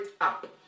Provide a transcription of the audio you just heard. up